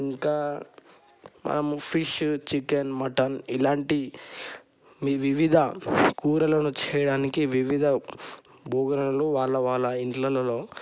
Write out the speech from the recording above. ఇంకా మనము fish chicken mutton ఇలాంటి వివిధ కూరలను చేయడానికి వివిధ బుగలను వాళ్ళ వాళ్ళ ఇంట్లళ్ళలో